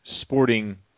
sporting –